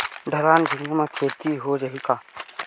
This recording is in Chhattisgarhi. ढलान भुइयां म खेती हो जाही का?